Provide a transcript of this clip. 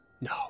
No